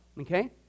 okay